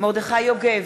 מרדכי יוגב,